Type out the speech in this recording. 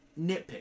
nitpick